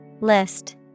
List